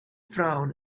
frown